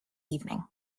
evening